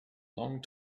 long